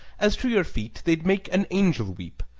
as to your feet, they'd make an angel weep.